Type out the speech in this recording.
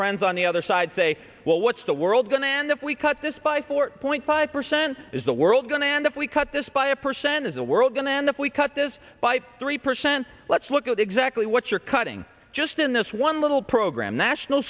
friends on the other side say well what's the world going to end if we cut this by four point five percent is the world going to end if we cut this by a percentage the world going to end if we cut this by three percent let's look at exactly what you're cutting just in this one little program national